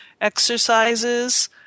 exercises